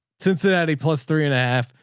cincinnati plus three and a half.